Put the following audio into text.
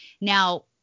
now